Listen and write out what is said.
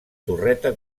torreta